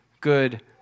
good